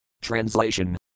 Translation